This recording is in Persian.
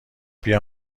بیا